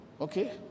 okay